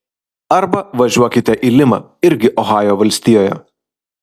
arba važiuokite į limą irgi ohajo valstijoje